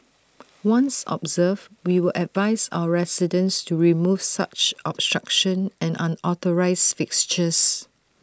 once observed we will advise our residents to remove such obstruction and unauthorised fixtures